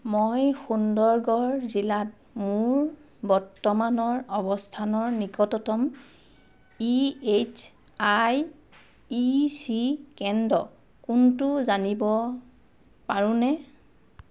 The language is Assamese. মই সুন্দৰগড় জিলাত মোৰ বৰ্তমানৰ অৱস্থানৰ নিকটতম ইএইচআইইচি কেন্দ্ৰ কোনটো জানিব পাৰোঁনে